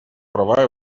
права